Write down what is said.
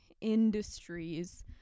industries